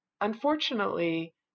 unfortunately